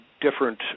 different